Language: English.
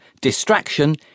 distraction